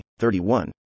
31